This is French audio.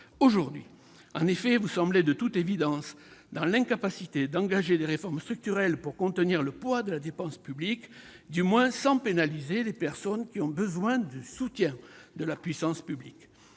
le ministre. En effet, vous semblez, de toute évidence, dans l'incapacité d'engager des réformes structurelles pour contenir le poids de la dépense publique, du moins sans pénaliser les personnes qui ont besoin du soutien de la puissance publique.